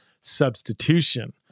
Substitution